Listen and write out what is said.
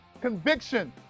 conviction